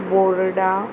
बोर्डा